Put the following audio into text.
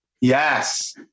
Yes